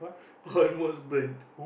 almost burnt